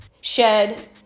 Shed